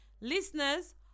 Listeners